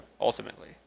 Ultimately